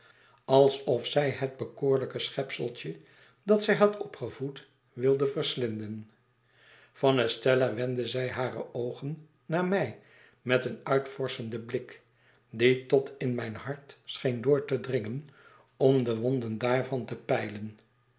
alsof zij het bekoorujke schepseltje dat zij had opgevoed wilde verslinden van estella wendde zij hare oogen naar mij met een uitvorschenden blik die tot in mijn hart scheen door te dringen om de wonden daarvan te peilen